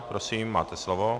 Prosím, máte slovo.